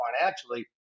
financially